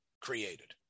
created